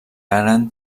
gran